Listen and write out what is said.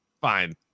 Fine